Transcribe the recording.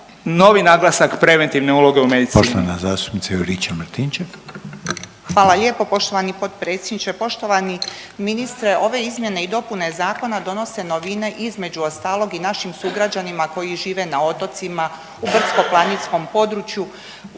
novi naglasak preventivne uloge u medicini.